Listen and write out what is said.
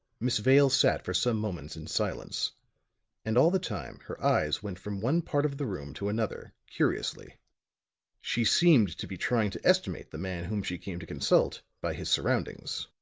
miss vale sat for some moments in silence and all the time her eyes went from one part of the room to another, curiously she seemed to be trying to estimate the man whom she came to consult by his surroundings.